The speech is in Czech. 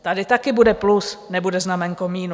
Tady taky bude plus, nebude znaménko minus.